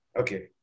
okay